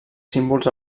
símbols